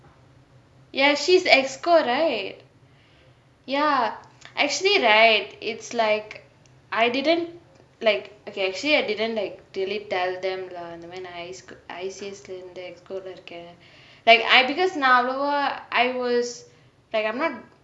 ya she's executive committee right ya actually right it's like I didn't like okay actually I didn't like really tell them lah இந்த மாரி நா:intha maari naa is is is லே இருந்து:le irunthu executive committee லே இருக்க:le irukka like I because நா அவலோவா:naa avalovaa I was like I'm not